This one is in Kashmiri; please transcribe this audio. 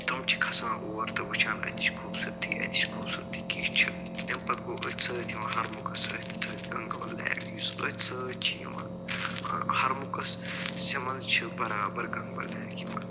تِم چھِ کھسان اور تہٕ وٕچھان اَتِچ خوٗبصوٗرتی أتِچ خوٗبصوٗرتی کِژھ چھِ تَمہِ پتہٕ گوٚو أتھۍ سۭتۍ یِوان ہرمُکھَس سۭتۍ گنٛگبَل لیک یُس أتھۍ سۭتۍ چھِ یِوان ہرمُکھَس سٮ۪منٛز چھِ برابر گَنٛگبَل لیک یِوان